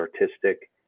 artistic